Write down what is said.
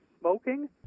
smoking